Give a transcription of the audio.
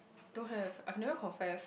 don't have I have never confessed